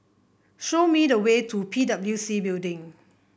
show me the way to P W C Building